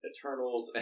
Eternals